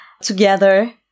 together